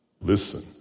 listen